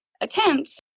attempts